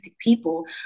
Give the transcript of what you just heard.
people